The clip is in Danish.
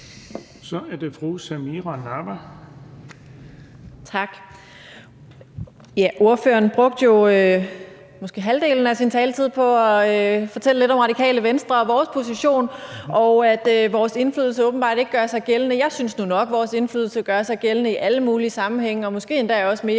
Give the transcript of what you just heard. Kl. 13:15 Samira Nawa (RV): Tak. Ordføreren brugte jo måske halvdelen af sin taletid på at fortælle lidt om Radikale Venstre og vores position og om, at vores indflydelse åbenbart ikke gør sig gældende. Jeg synes jo nok, at vores indflydelse gør sig gældende i alle mulige sammenhænge og måske endda også mere,